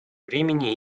времени